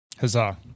Huzzah